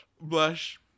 Blush